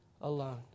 Alone